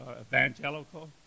evangelical